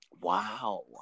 Wow